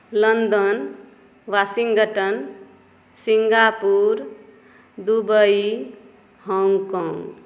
London Washington Singapore Dubai Hong Kong